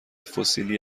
فسیلی